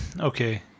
okay